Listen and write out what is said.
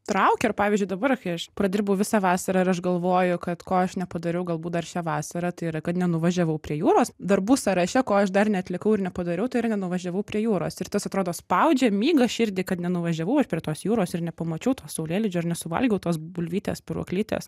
traukia ir pavyzdžiui dabar kai aš pradirbau visą vasarą ir aš galvoju kad ko aš nepadariau galbūt dar šią vasarą tai yra kad nenuvažiavau prie jūros darbų sąraše ko aš dar neatlikau ir nepadariau tai yra nenuvažiavau prie jūros ir tas atrodo spaudžia myga širdį kad nenuvažiavau aš prie tos jūros ir nepamačiau to saulėlydžio ir nesuvalgiau tos bulvytės spyruoklytės